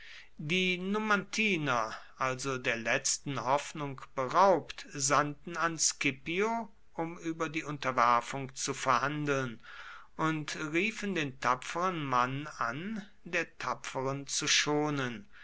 die numantiner also der letzten hoffnung beraubt sandten an scipio um über die unterwerfung zu verhandeln und riefen den tapferen mann an der tapferen zu schonen